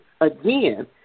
again